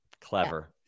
Clever